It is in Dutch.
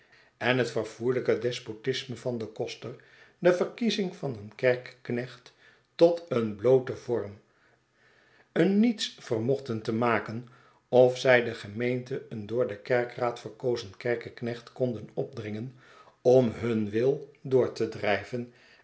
en het verfoeielijke despotisme van den koster de verkiezing van een kerkeknecht tot een blooten vorm een niets vermochten te maken of zij de gemeente een door den kerkeraad verkozen kerkeknecht konden opdringen om hun wil door te drijven